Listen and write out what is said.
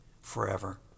forever